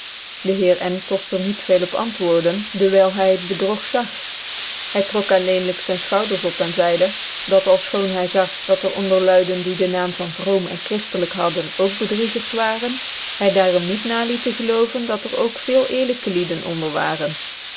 dc heer n kolt er niet veel op antwoorden dewyl hy het bedrog zag hy trok alleenlijk zyn fchouderen op en zeide dat alfchoon hy zag dat er onder luiden die dc naam van vroom en chriftelijk hadden ook bedriegers varen hy daarom niet naliet tc gelooven dat er ooi veel eerlijke lieden onder waren